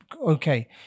okay